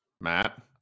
Matt